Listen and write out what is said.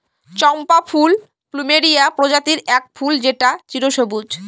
চম্পা ফুল প্লুমেরিয়া প্রজাতির এক ফুল যেটা চিরসবুজ